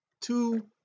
two